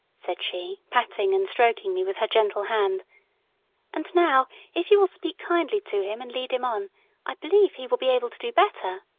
said she, patting and stroking me with her gentle hand and now if you will speak kindly to him and lead him on i believe he will be able to do better.